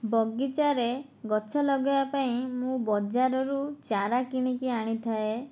ବଗିଚାରେ ଗଛ ଲଗେଇବା ପାଇଁ ମୁଁ ବଜାରରୁ ଚାରା କିଣିକି ଆଣିଥାଏ